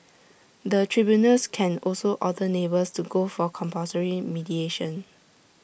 the tribunals can also order neighbours to go for compulsory mediation